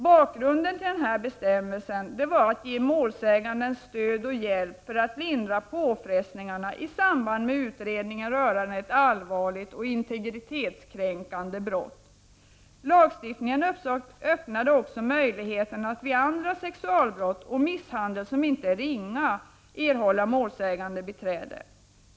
Syftet med denna bestämmelse var att ge målsäganden stöd och hjälp för att lindra påfrestningarna i samband med utredningar rörande ett allvarligt och integritetskränkande brott. Lagstiftningen öppnade också möjlighet att vid andra sexualbrott och misshandel som inte är ringa erhålla målsägandebiträde.